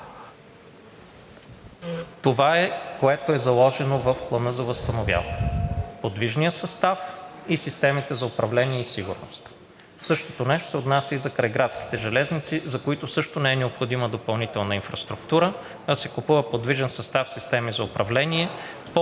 Това е, което е заложено в Плана за възстановяване – подвижният състав и системите за управление и сигурност. Същото нещо се отнася и за крайградските железници, за които също не е необходима допълнителна инфраструктура, а се купува подвижен състав и системи за управление